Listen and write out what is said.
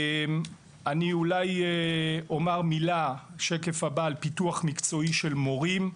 אומר מילה על פיתוח מקצועי של מורים.